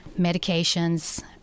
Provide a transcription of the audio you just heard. medications